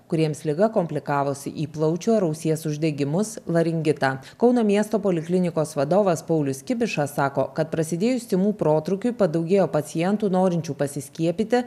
kuriems liga komplikavosi į plaučių ar ausies uždegimus laringitą kauno miesto poliklinikos vadovas paulius kibiša sako kad prasidėjus tymų protrūkiui padaugėjo pacientų norinčių pasiskiepyti